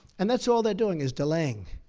and that's all they're doing, is delaying.